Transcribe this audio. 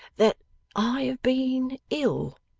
that i have been ill